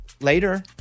later